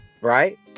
right